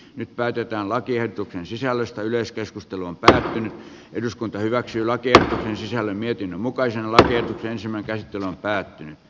nyt päätetään lakiehdotuksen sisällöstä yleiskeskustelun tänään eduskunta hyväksyy lattia on sisällä mietin mukaisella ensimmäkertymä on päättynyt